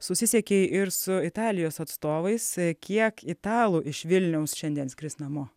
susisiekė ir su italijos atstovais kiek italų iš vilniaus šiandien skris namo